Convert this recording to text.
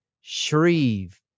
shreve